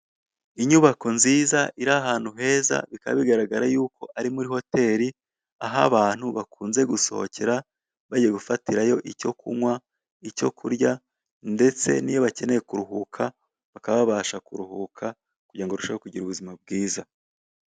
Inyubako nziza iri ahantu heza bikaba bigaragara yuko ari muri hoteri aho abantu bakunze gusohokera bagiye gufatirayo icyo kunywa, icyo kurya ndetse niyo bakeneye kuruhuka bakaba babasha kuruhuka kugirango barusheho kugira ubuzima bwiza.